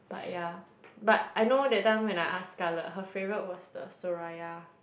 but ya but I know that time when I ask Scarlet her favourite was the Soraya